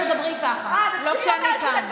את לא תדברי ככה, לא כשאני כאן.